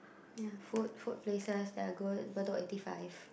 ya food food places that are good Bedok eighty five